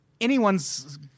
anyone's